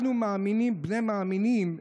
אנו מאמינים בני מאמינים,